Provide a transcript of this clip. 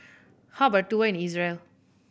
how about a tour in Israel